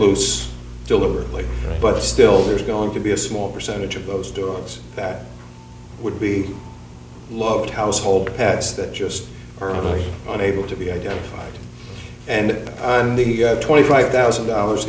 loose deliberately but still there's going to be a small percentage of those dogs that would be loved household pets that just early on able to be identified and he got twenty five thousand dollars